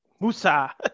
Musa